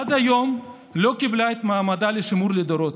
עד היום היא לא קיבלה מעמד לשימור לדורות.